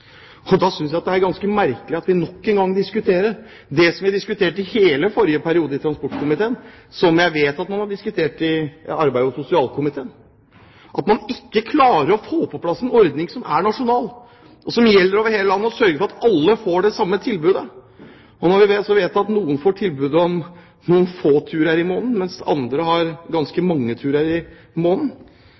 Og da synes jeg det er ganske merkelig – når vi nok en gang diskuterer det som vi diskuterte i hele forrige periode i transportkomiteen, og som jeg vet at man har diskutert i arbeids- og sosialkomiteen – at man ikke klarer å få på plass en nasjonal ordning som gjelder over hele landet, og som sørger for at alle får det samme tilbudet. Når vi også vet at noen får tilbud om noen få turer i måneden, mens andre har ganske mange turer i